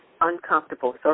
uncomfortable